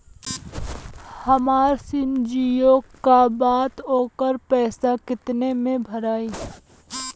हमार सिम जीओ का बा त ओकर पैसा कितना मे भराई?